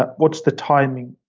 what's the timing?